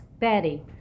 Betty